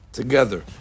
together